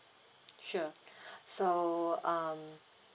sure so um